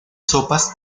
sopas